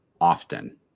often